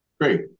Great